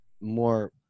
more